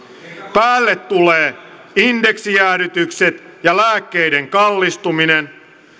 päälle tulevat indeksijäädytykset ja lääkkeiden kallistuminen